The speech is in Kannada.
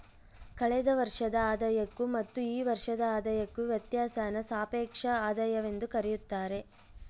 ಕಳೆದ ವರ್ಷದ ಆದಾಯಕ್ಕೂ ಮತ್ತು ಈ ವರ್ಷದ ಆದಾಯಕ್ಕೂ ವ್ಯತ್ಯಾಸಾನ ಸಾಪೇಕ್ಷ ಆದಾಯವೆಂದು ಕರೆಯುತ್ತಾರೆ